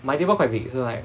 my table quite big so like